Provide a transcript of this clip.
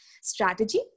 strategy